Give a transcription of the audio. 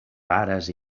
rares